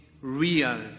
real